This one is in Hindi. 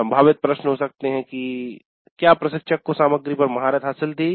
संभावित प्रश्न हो सकते हैं क्या प्रशिक्षक को सामग्री पर महारत हासिल थी